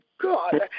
God